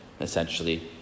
essentially